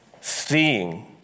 seeing